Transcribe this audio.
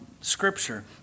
Scripture